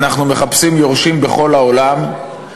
אנחנו מחפשים יורשים בכל העולם,